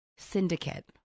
syndicate